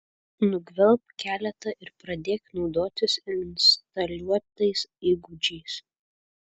nugvelbk keletą ir pradėk naudotis instaliuotais įgūdžiais